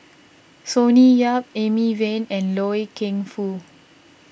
Sonny Yap Amy Van and Loy Keng Foo